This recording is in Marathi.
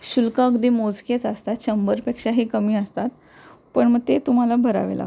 शुल्क अगदी मोजकेच असतात शंभरपेक्षाही कमी असतात पण मग ते तुम्हाला भरावे लागतात